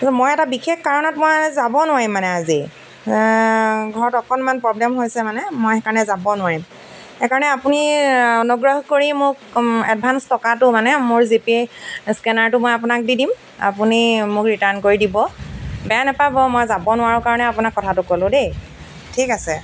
মই এটা বিশেষ কাৰণত মই যাব নোৱাৰিম মানে আজি ঘৰত অকণমান প্ৰব্লেম হৈছে মানে মই সেইকাৰণে যাব নোৱাৰিম সেইকাৰণে আপুনি অনুগ্ৰহ কৰি মোক এডভান্স টকাটো মানে মোৰ জিপে' স্কেনাৰটো মই আপোনাক দি দিম আপুনি মোক ৰিটাৰ্ণ কৰি দিব বেয়া নাপাব মই যাব নোৱাৰো কাৰণে আপোনাক কথাটো ক'লো দেই ঠিক আছে